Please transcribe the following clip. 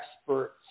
experts